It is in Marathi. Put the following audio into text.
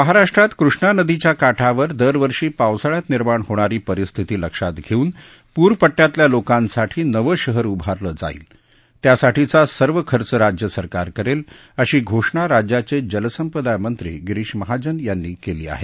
महाराष्ट्रात कृष्णा नदीच्या काठावर दरवर्षी पावसाळ्यात निर्माण होणारी परिस्थिती लक्षात घेऊन पूर पट्ट्यातल्या लोकांसाठी नवं शहर उभारलं जाईल त्यासाठीचा सर्व खर्च राज्य सरकार करेल अशी घोषणा राज्याचे जलसंपदा मंत्री गिरीश महाजन यांनी केली आहे